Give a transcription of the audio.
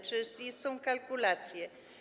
Czy są kalkulacje?